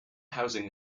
housing